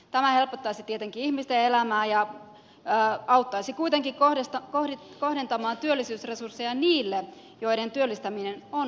tämä helpottaisi tietenkin ihmisten elämää ja auttaisi kuitenkin kohdentamaan työllisyysresursseja niille joiden työllistäminen on mahdollisempaa